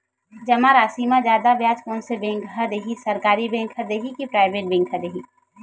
जमा राशि म जादा ब्याज कोन से बैंक ह दे ही, सरकारी बैंक दे हि कि प्राइवेट बैंक देहि?